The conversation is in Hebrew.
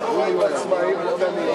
מה קורה עם עצמאים קטנים?